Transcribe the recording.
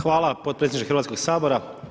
Hvala potpredsjedniče Hrvatskog sabora.